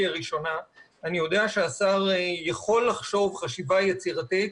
הראשונה ואני יודע שהשר יכול לחשוב חשיבה יצירתית,